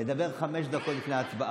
אתה מביא את האנשים?